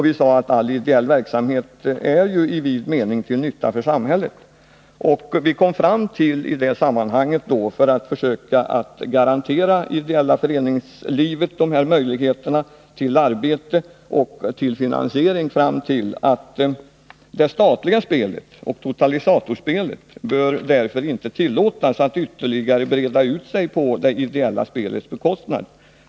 Vi sade att all ideell verksamhet i vid mening är till nytta för samhället. I det sammanhanget kom vi fram till att för att försöka garantera det ideella föreningslivet dessa möjligheter till arbete och till finansiering, så bör det statliga spelet och totalisatorspelet inte tillåtas att ytterligare breda ut sig på det ideella spelets bekostnad.